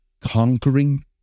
conquering